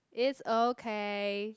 it's okay